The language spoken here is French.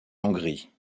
hongrie